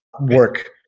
work